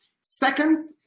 Second